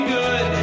good